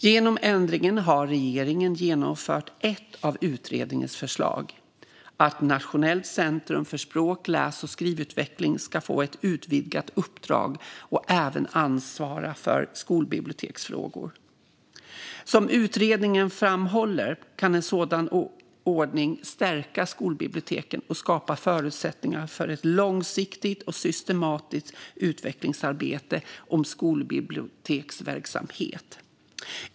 Genom ändringen har regeringen genomfört ett av utredningens förslag - att Nationellt centrum för språk, läs och skrivutveckling ska få ett utvidgat uppdrag och även ansvara för skolbiblioteksfrågor. Som utredningen framhåller kan en sådan ordning stärka skolbiblioteken och skapa förutsättningar för ett långsiktigt och systematiskt utvecklingsarbete om skolbiblioteksverksamhet.